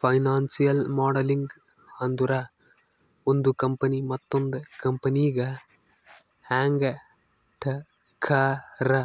financial modelling ಅಂದುರ್ ಒಂದು company ಮತ್ತೊಂದ್ ಕಂಪನಿಗ ಹ್ಯಾಂಗ್ ಟಕ್ಕರ್